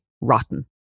rotten